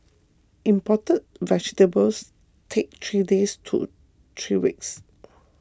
imported vegetables take three days to three weeks